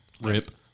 Rip